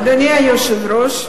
אדוני היושב-ראש,